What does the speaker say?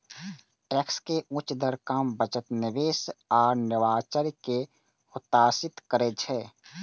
tax के उच्च दर काम, बचत, निवेश आ नवाचार कें हतोत्साहित करै छै